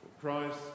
Christ